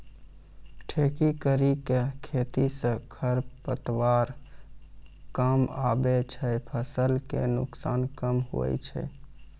ठेकी करी के खेती से खरपतवार कमआबे छै फसल के नुकसान कम हुवै छै